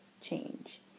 change